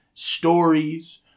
stories